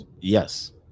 Yes